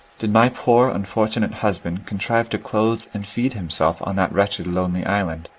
did my poor unfortunate husband contrive to clothe and feed himself on that wretched lonely island?